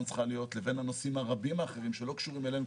צריכה להיות לבין הנושאים הרבים האחרים שלא קשורים אלינו,